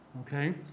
Okay